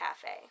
Cafe